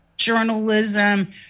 Journalism